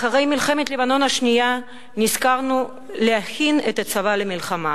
אחרי מלחמת לבנון השנייה נזכרנו להכין את הצבא למלחמה,